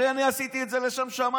הרי אני עשיתי את זה לשם שמיים,